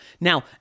Now